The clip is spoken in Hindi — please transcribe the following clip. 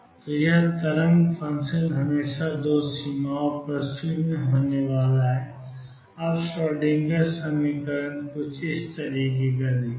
तो वह तरंग फ़ंक्शन हमेशा दो सीमाओं पर 0 होने वाला है अब श्रोडिंगर समीकरण माइनस 22mVxψEψ है